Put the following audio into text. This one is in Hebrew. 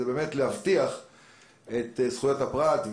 הוא באמת להבטיח את זכויות הפרט.